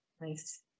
nice